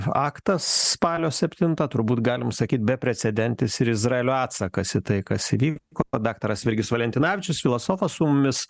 aktas spalio septintą turbūt galim sakyti beprecedentis ir izraelio atsakas į tai tai kas įvyko daktaras virgis valentinavičius filosofas su mumis